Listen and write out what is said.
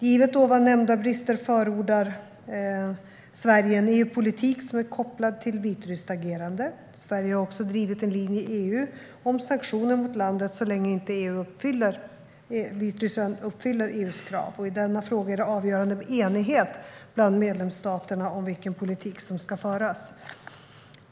Givet ovan nämnda brister förordar Sverige en EU-politik som är kopplad till vitryskt agerande. Sverige har även drivit en linje i EU om sanktioner mot landet så länge inte Vitryssland uppfyller EU:s krav. I denna fråga är det avgörande med enighet bland medlemsstaterna om vilken politik som ska föras.